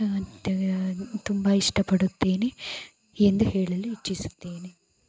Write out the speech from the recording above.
ತುಂಬ ಇಷ್ಟಪಡುತ್ತೇನೆ ಎಂದು ಹೇಳಲು ಇಚ್ಛಿಸುತ್ತೇನೆ